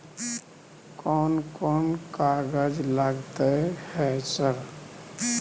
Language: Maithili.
कोन कौन कागज लगतै है सर?